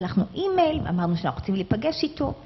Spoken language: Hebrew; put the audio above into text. שלחנו אי-מייל ואמרנו שאנחנו רוצים לפגש איתו